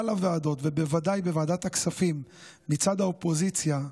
הוועדות ובוודאי בוועדת הכספים מצד האופוזיציה,